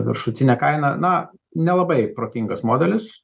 viršutine kaina na nelabai protingas modelis